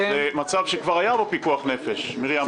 זה מצב שכבר היה בו פיקוח נפש הנערה מרים פרץ.